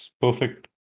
perfect